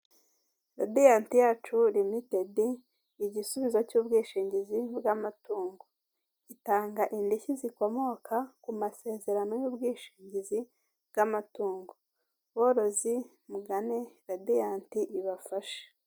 Radiyanti yacu limitedi igisubizo cy'ubwishingizi bw'amatungo, itanga indishyi zikomoka ku masezerano y'ubwishingizi bw'amatungo, borozi mugane radiyanti ibafashe.